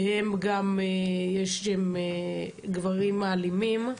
שהם גם גברים אלימים.